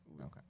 okay